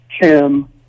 Kim